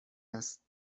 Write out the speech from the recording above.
است